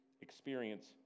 experience